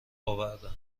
آوردن